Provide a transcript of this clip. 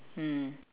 mm